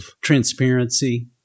transparency